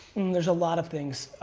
there's a lot of things.